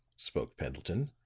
spoke pendleton.